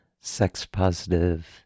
sex-positive